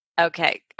Okay